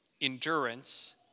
endurance